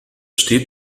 steht